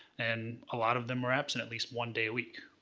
and a lot of them were absent at least one day a week.